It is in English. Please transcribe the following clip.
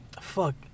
fuck